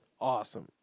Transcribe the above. awesome